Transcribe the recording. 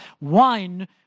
wine